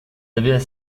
avaient